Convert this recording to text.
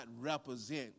represent